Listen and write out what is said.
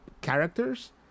characters